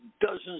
dozens